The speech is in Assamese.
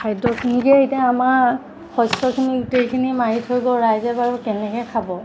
খাদ্যখিনিকে এতিয়া আমাৰ শস্যখিনি গোটেইখিনি মাৰি থৈ গ'ল ৰাইজে বাৰু কেনেকৈ খাব